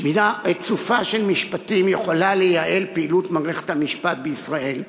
שמיעה רצופה של משפטים יכולה לייעל פעילות מערכת המשפט בישראל,